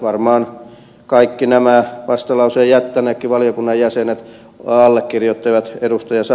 varmaan kaikki nämä vastalauseen jättäneet valiokunnan jäsenet allekirjoittivat ed